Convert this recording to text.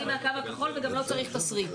יוצאים מהקו הכחול וגם לא צריך תשריט.